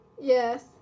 Yes